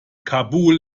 kabul